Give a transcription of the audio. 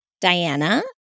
Diana